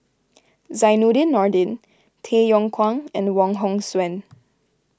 Zainudin Nordin Tay Yong Kwang and Wong Hong Suen